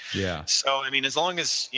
yeah so i mean as long as,